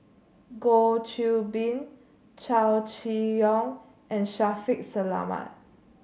Goh Qiu Bin Chow Chee Yong and Shaffiq Selamat